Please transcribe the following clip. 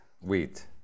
wheat